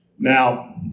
Now